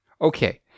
okay